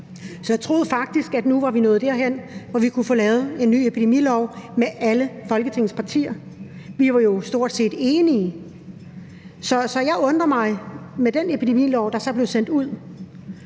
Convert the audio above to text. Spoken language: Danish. Jeg troede faktisk, at nu var vi nået derhen, hvor vi kunne få lavet en ny epidemilov med alle Folketingets partier. Vi var jo stort set enige. Så jeg undrer mig over det forslag til en ny epidemilov, der så blev sendt ud,